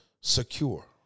Secure